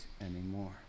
anymore